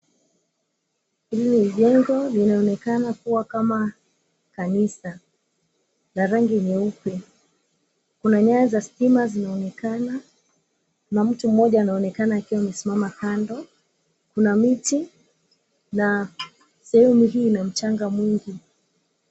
Hili ni jengo linaonekana kuwa kama kanisa la rangi nyeupe, kuna nyaya za stima zinaonekana na mtu mmoja anaonekana akiwa amesimama kando, kuna miti na sehemu hii ina mchanga mwingi.